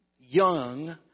young